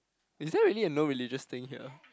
is there really a no religious thing here